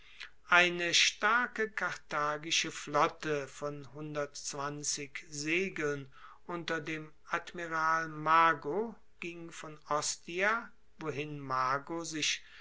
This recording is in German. eine starke karthagische flotte von segeln unter dem admiral mago ging von ostia wohin mago sich